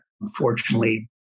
unfortunately